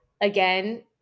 again